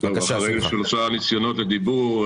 אחרי שלושה ניסיונות לדיבור,